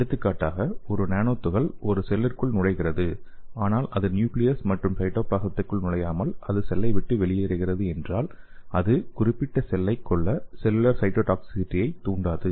எடுத்துக்காட்டாக ஒரு நானோ துகள் ஒரு செல்லிற்குள் நுழைகிறது ஆனால் அது நியூக்லியஸ் மற்றும் சைட்டோபிளாசத்திற்குள் நுழையாமல் அது செல்லை விட்டு வெளியேறுகிறது என்றால் அது குறிப்பிட்ட செல்லை கொல்ல செல்லுலார் சைட்டோடாக்ஸிசிட்டியைத் தூண்டாது